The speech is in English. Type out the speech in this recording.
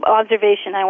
observation